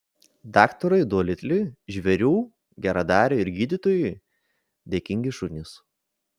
daktarui dolitliui žvėrių geradariui ir gydytojui dėkingi šunys